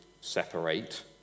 separate